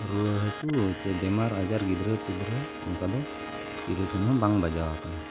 ᱨᱩᱣᱟᱹᱼᱦᱟᱹᱥᱩ ᱥᱮ ᱵᱤᱢᱟᱨ ᱟᱡᱟᱨ ᱜᱤᱫᱽᱨᱟᱹᱼᱯᱤᱫᱽᱨᱟᱹ ᱚᱱᱠᱟ ᱫᱚ ᱪᱤᱞᱤ ᱴᱷᱮᱱ ᱦᱚᱸ ᱵᱟᱝ ᱵᱟᱡᱟᱣ ᱟᱠᱟᱱᱟ